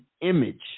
image